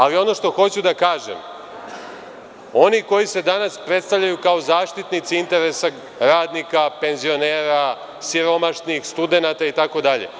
Ali ono što hoću da kažem, oni koji se danas predstavljaju kao zaštitnici interesa radnika, penzionera, siromašnih, studenata, itd.